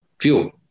fuel